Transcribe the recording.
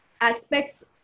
aspects